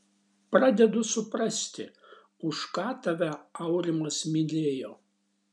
pradedu suprasti už ką tave aurimas mylėjo